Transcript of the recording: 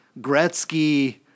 Gretzky